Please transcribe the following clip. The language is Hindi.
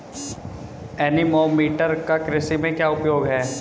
एनीमोमीटर का कृषि में क्या उपयोग है?